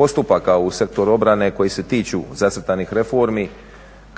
postupaka u Sektoru obrane koji se tiču zacrtanih reformi